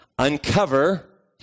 uncover